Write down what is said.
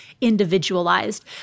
individualized